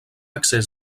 accés